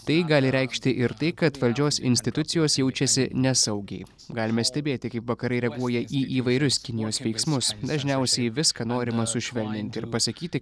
tai gali reikšti ir tai kad valdžios institucijos jaučiasi nesaugiai galime stebėti kaip vakarai reaguoja į įvairius kinijos veiksmus dažniausiai viską norima sušvelninti ir pasakyti